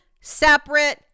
separate